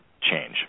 change